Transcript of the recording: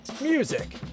music